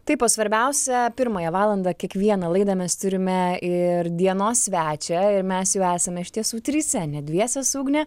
taip o svarbiausia pirmąją valandą kiekvieną laidą mes turime ir dienos svečią ir mes jau esame iš tiesų trise ne dviese su ugne